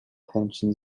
detention